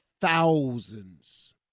thousands